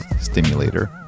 stimulator